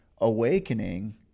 awakening